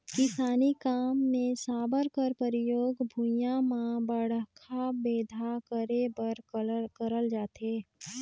किसानी काम मे साबर कर परियोग भुईया मे बड़खा बेंधा करे बर करल जाथे